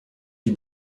die